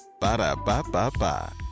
Ba-da-ba-ba-ba